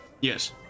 Yes